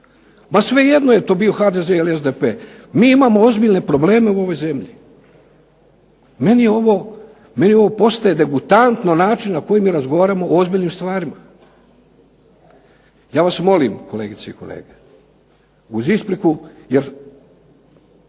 Pa svejedno je to bio HDZ ili SDP. Mi imamo ozbiljne probleme u ovoj zemlji. Meni ovo postaje degutantno način na koji mi razgovaramo o ozbiljnim stvarima. Ja vas molim kolegice i kolege uz ispriku, jer